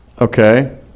Okay